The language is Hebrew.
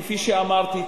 כפי שאמרתי,